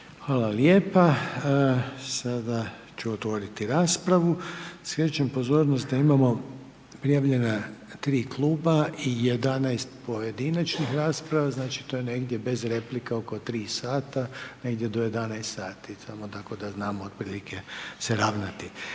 Hvala lijepo. Sada ću otvoriti raspravu. Skrećem pozornost, da imamo prijavljena 3 kluba i 11 pojedinačnih rasprava, znači to je negdje bez replika oko 3 sati, negdje do 11 sati, samo tako da znamo otprilike se ravnati.